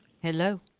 Hello